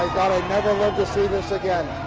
thought i'd never live to see this again,